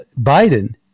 Biden